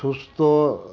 সুস্থ